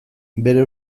bere